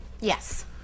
yes